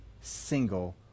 single